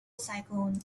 cyclone